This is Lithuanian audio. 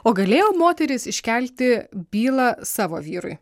o galėjo moterys iškelti bylą savo vyrui